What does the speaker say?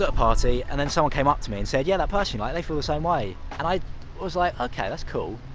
ah party, and then someone came up to me and said, yeah, that person you like? they feel the same way! and i was like, okay, that's cool.